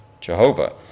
Jehovah